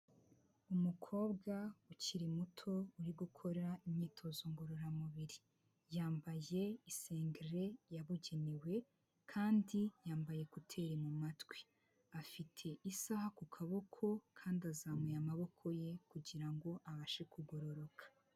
Umukobwa ukiri muto uri gukora imyitozo ngororamubiri yambaye isengeri yabugenewe kandi yambaye ekuteri mumatwi, afite isaha ku kaboko kandi azamuye amaboko ye kugira ngo abashe kugororoka.